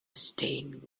stained